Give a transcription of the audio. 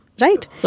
right